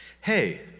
Hey